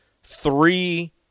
three